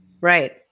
Right